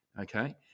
okay